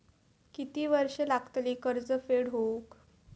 किती वर्षे लागतली कर्ज फेड होऊक?